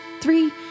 Three